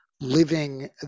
living